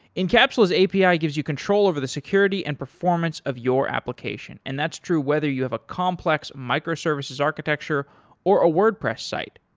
encapsula's api ah gives you control over the security and performance of your application, and that's true whether you have a complex microservices architecture or a wordpress site,